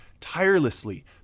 tirelessly